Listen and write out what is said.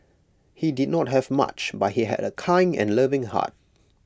he did not have much but he had A kind and loving heart